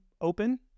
open